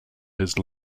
his